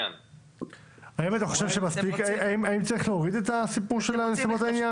האם אתה חושב שצריך להוריד את "ונסיבות העניין"?